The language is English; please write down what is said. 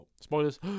Spoilers